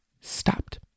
stopped